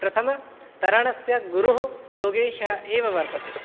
प्रथम तरणस्य गुरुः योगेशः एव वर्तते